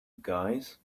guys